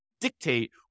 dictate